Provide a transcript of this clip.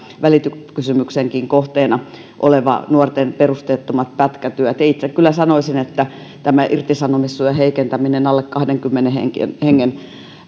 välikysymyksenkin kohteena olevat nuorten perusteettomat pätkätyöt itse kyllä sanoisin että tämä irtisanomissuojan heikentäminenhän alle kahdenkymmenen hengen hengen